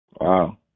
Wow